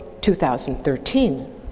2013